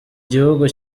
gihugu